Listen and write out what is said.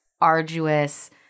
arduous